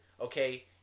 Okay